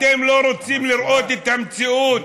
אתם לא רוצים לראות את המציאות